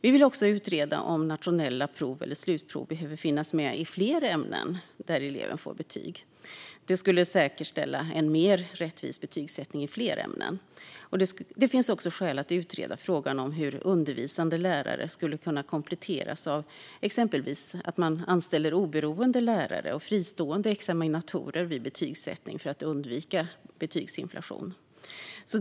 Vi vill också utreda om nationella prov eller slutprov behöver finnas med i fler ämnen där elever får betyg. Detta skulle säkerställa en mer rättvis betygssättning i fler ämnen. Det finns också skäl att utreda frågan om hur undervisande lärare skulle kunna kompletteras av exempelvis oberoende lärare och fristående examinatorer vid betygssättning för att undvika betygsinflation.